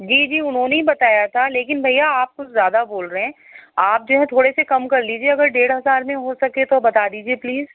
جی جی اُنہوں نے ہی بتایا تھا لیکن بھیا آپ کچھ زیادہ بول رہے ہیں آپ جو ہے تھوڑے سے کم کر لیجیے اگر ڈیڑھ ہزار میں ہو سکے تو بتا دیجیے پلیز